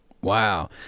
Wow